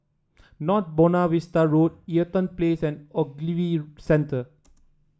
North Buona Vista Road Eaton Place and Ogilvy Centre